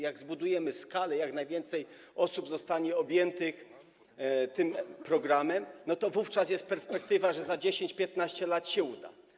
Jak zbudujemy skalę, gdy jak najwięcej osób zostanie objętych tym programem, to wówczas jest perspektywa, że za 10, 15 lat się uda.